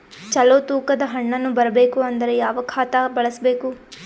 ಚಲೋ ತೂಕ ದ ಹಣ್ಣನ್ನು ಬರಬೇಕು ಅಂದರ ಯಾವ ಖಾತಾ ಬಳಸಬೇಕು?